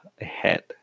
ahead